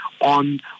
on